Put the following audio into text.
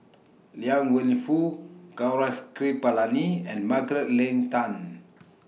Liang Wenfu Gaurav Kripalani and Margaret Leng Tan